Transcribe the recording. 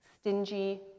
stingy